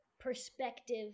perspective